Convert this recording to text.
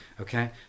Okay